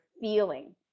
feeling